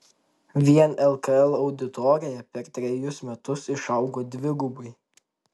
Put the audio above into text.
vien lkl auditorija per trejus metus išaugo dvigubai